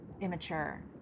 immature